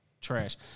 trash